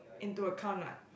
into account what